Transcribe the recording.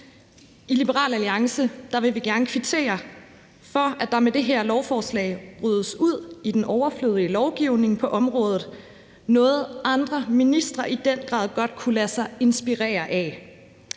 I Liberal Alliance vil vi gerne kvittere for, at der med det her lovforslag ryddes ud i den overflødige lovgivning på området, noget, som andre ministre i den grad godt kunne lade sig inspirere af.